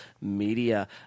media